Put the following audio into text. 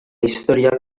historiak